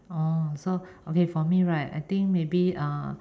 orh so okay for me right I think maybe uh